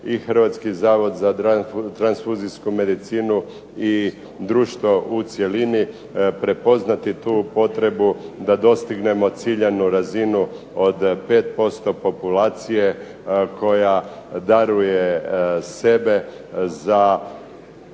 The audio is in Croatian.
i Hrvatski zavod za transfuzijsku medicinu i društvo u cjelini prepoznati tu potrebu da dostignemo ciljanu razinu od 5% populacije koja daruje sebe za